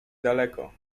daleko